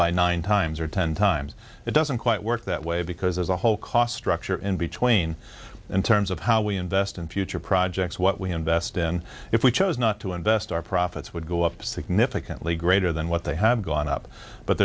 by nine times or ten times it doesn't quite work that way because there's a whole cost structure in between in terms of how we invest in future projects what we invest in if we chose not to invest our profits would go up significantly greater than what they have gone up but